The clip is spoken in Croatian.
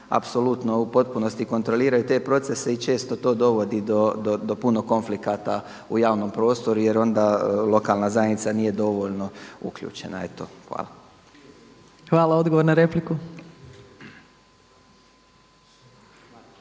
apsolutno u potpunosti kontroliraju te procese i često to dovodi do puno konflikata u javnom prostoru jer lokalna zajednica nije dovoljno uključena. Eto hvala. **Opačić, Milanka